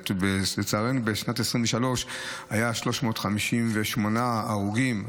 לצערנו, בשנת 2023 היו 358 הרוגים.